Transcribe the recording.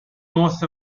north